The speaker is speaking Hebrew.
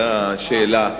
זאת השאלה,